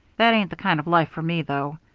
that ain't the kind of life for me, though.